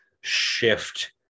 shift